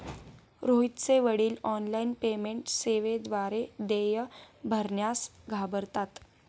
रोहितचे वडील online payment सेवेद्वारे देय भरण्यास घाबरतात